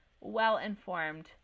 well-informed